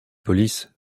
police